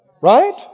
Right